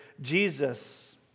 Jesus